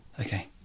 Okay